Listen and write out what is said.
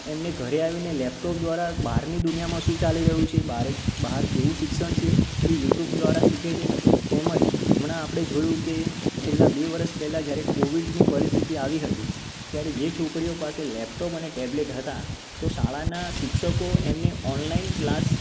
એમને ઘરે આવીને લૅપટોપ દ્વારા બહારની દુનિયામાં શું ચાલી રહ્યું છે બહારે બહાર કેવું શિક્ષણ છે એ યૂટ્યૂબ દ્વારા શીખે છે તેમજ હમણાં આપણે જોયું કે છેલ્લાં બે વર્ષ પહેલાં જ્યારે કોવિડની પરિસ્થિતિ આવી હતી ત્યારે જે છોકરીઓ પાસે લૅપટોપ અને ટૅબલેટ હતાં તો શાળાનાં શિક્ષકો એમને ઑનલાઈન ક્લાસ